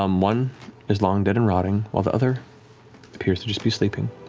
um one is long dead and rotting while the other appears to just be sleeping,